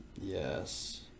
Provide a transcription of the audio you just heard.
Yes